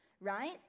right